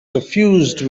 suffused